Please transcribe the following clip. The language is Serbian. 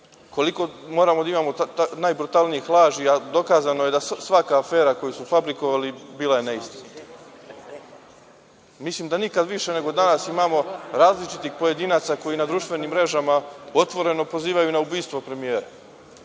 Koliko moramo da imamo najbrutalnijih laži, a dokazano je da je svaka afera koju su fabrikovali bila neistina? Mislim da nikad više nego danas imamo različitih pojedinaca koji na društvenim mrežama otvoreno pozivaju na ubistvo premijera.